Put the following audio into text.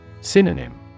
Synonym